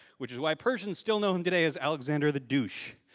which is why persians still know him today as alexander the douch.